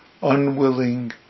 unwilling